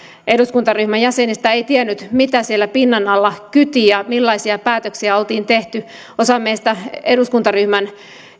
eduskuntaryhmän jäsenistä ei tiennyt mitä siellä pinnan alla kyti ja millaisia päätöksiä oltiin tehty osa meistä eduskuntaryhmän